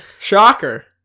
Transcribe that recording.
Shocker